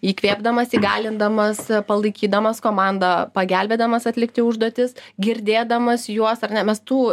įkvėpdamas įgalindamas palaikydamas komandą pagelbėdamas atlikti užduotis girdėdamas juos ar ne mes tų